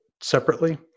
separately